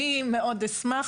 אני אשמח.